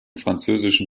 französischen